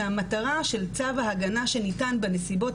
כשהמטרה של צו ההגנה שניתן בנסיבות